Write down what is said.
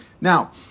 Now